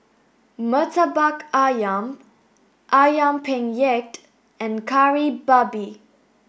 Murtabak Ayam Ayam Penyet and Kari Babi